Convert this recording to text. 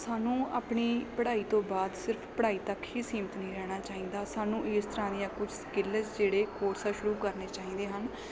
ਸਾਨੂੰ ਆਪਣੀ ਪੜ੍ਹਾਈ ਤੋਂ ਬਾਅਦ ਸਿਰਫ ਪੜ੍ਹਾਈ ਤੱਕ ਹੀ ਸੀਮਿਤ ਨਹੀਂ ਰਹਿਣਾ ਚਾਹੀਦਾ ਸਾਨੂੰ ਇਸ ਤਰ੍ਹਾਂ ਦੀਆਂ ਕੁਛ ਸਕਿੱਲਸ ਜਿਹੜੇ ਕੋਰਸ ਆ ਸ਼ੁਰੂ ਕਰਨੇ ਚਾਹੀਦੇ ਹਨ